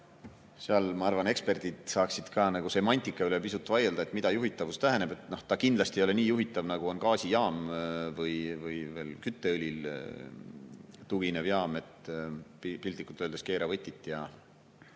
seal, ma arvan, eksperdid saaksid ka semantika üle pisut vaielda, mida juhitavus tähendab. See kindlasti ei ole nii juhitav, nagu on gaasijaam või kütteõlile tuginev jaam, piltlikult öeldes, et keera võtit ja